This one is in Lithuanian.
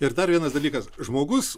ir dar vienas dalykas žmogus